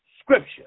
scripture